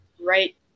right